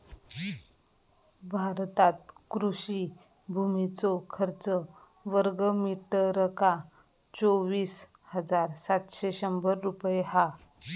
भारतात कृषि भुमीचो खर्च वर्गमीटरका चोवीस हजार सातशे शंभर रुपये हा